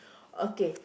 okay